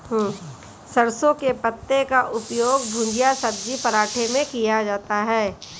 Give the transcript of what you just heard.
सरसों के पत्ते का उपयोग भुजिया सब्जी पराठे में किया जाता है